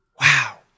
Wow